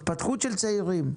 התפתחות של צעירים,